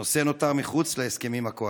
הנושא נותר מחוץ להסכמים הקואליציוניים.